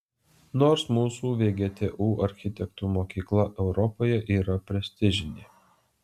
nors mūsų vgtu architektų mokykla europoje yra prestižinė